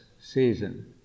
season